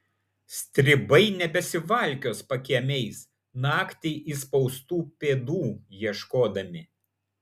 stribai nebesivalkios pakiemiais naktį įspaustų pėdų ieškodami